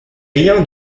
rien